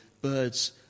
birds